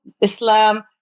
Islam